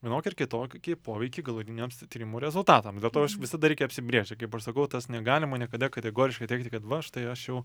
vienokį ar kitokį poveikį galutiniams tyrimų rezultatam dėl to aš visada reikia apsibrėžti kaip aš sakau tas negalima niekada kategoriškai teigti kad va štai aš jau